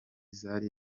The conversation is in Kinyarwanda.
zari